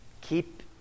Keep